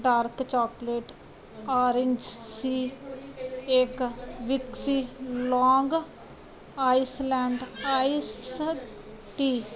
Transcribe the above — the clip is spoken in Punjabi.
ਡਾਰਕ ਚੋਕਲੇਟ ਆਰੇਂਜ ਸੀ ਇੱਕ ਵਿਕਸੀ ਲੌਂਗ ਆਈਸਲੈਂਡ ਆਈਸ ਟੀ